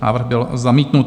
Návrh byl zamítnut.